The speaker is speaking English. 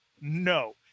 No